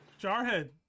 Jarhead